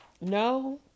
No